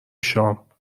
شام